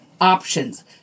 options